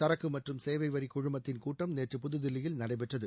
சரக்கு மற்றும் சேவை வரி குழுமத்தின் கூட்டம் நேற்று புதுதில்லியில் நடைபெற்றது